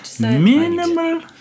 minimal